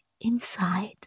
inside